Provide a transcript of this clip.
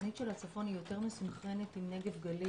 התוכנית של הצפון יותר מסונכרנת עם נגב-גליל,